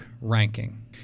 ranking